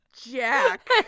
Jack